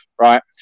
right